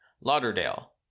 lauderdale